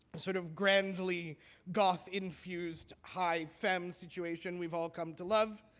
sort of grandly goth-infused, high femme situation we've all come to love.